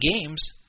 games